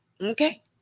okay